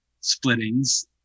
splittings